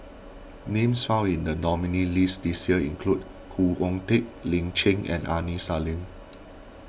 names found in the nominees' list this year include Khoo Oon Teik Lin Chen and Aini Salim